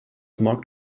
mark